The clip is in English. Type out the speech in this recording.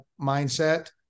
mindset